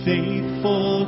Faithful